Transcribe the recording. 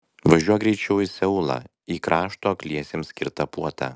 važiuok greičiau į seulą į krašto akliesiems skirtą puotą